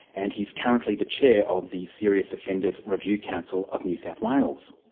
and he's currently the chair of the serious offenders review council of new south wales.